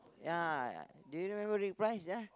ya do you know everybody prize ya